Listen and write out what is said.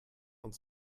und